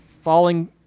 falling